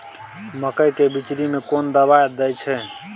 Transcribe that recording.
मकई के बिचरी में कोन दवाई दे छै?